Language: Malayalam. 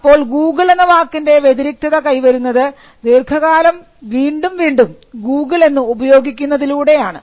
അപ്പോൾ ഗൂഗിൾ എന്ന വാക്കിൻറെ വ്യതിരിക്തത കൈവരുന്നത് ദീർഘകാലം വീണ്ടും വീണ്ടും ഗൂഗിൾ എന്ന് ഉപയോഗിക്കുന്നതിലൂടെ ആണ്